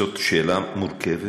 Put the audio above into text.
זאת שאלה מורכבת,